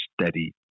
steady